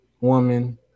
woman